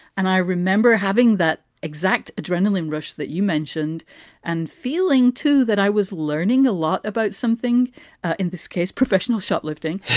and i remember having that exact adrenaline rush that you mentioned and feeling to that i was learning a lot about something in this case, professional shoplifting,